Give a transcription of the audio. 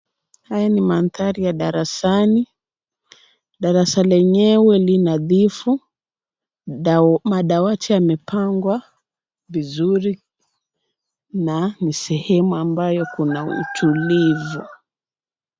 Haya ni mandhari ya darasani. Darasa lenyewe li nadhifu. Madawati yamepangwa vizuri na ni sehemu ambayo kuna utulivu.